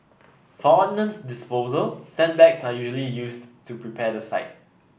for ordnance disposal sandbags are usually used to prepare the site